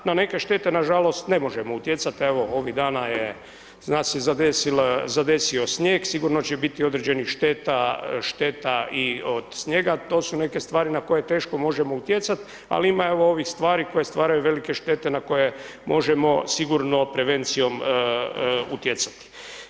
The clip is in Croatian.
No, na neke štete, nažalost, ne možemo utjecati, evo, ovih dana nas je zadesio snijeg, sigurno će biti određenih šteta, šteta i od snijega, to su neke stvari na koje teško možemo utjecat, ali ima evo, ovih stvari koje stvaraju velike štete na koje možemo sigurno prevencijom utjecati.